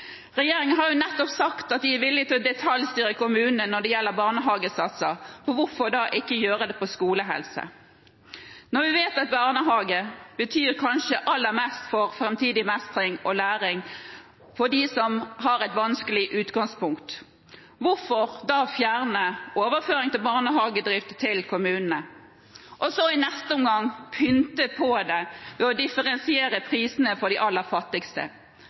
Regjeringen har jo nettopp sagt at de er villige til å detaljstyre kommunene når det gjelder barnehagesatser. Hvorfor gjør man det ikke da på skolehelse? Når vi vet at barnehage kanskje er det som betyr aller mest for framtidig mestring og læring for dem som har et vanskelig utgangspunkt, hvorfor da fjerne overføringene til barnehagedrift til kommunene, for så i neste omgang å pynte på det ved å differensiere prisene for de aller fattigste?